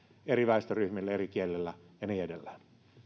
eri väestöryhmille eri kielillä ja niin edelleen